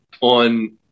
on